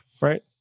right